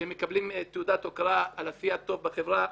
שמקבלים תעודת הוקרה על עשיית טוב בחברה,